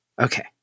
Okay